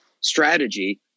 strategy